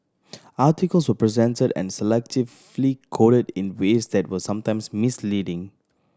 articles were presented and selectively quoted in ways that were sometimes misleading